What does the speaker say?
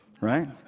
Right